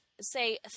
say